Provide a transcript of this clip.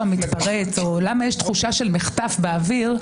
מתפרץ או למה יש תחושה של מחטף באוויר,